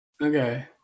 Okay